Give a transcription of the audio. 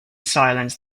silence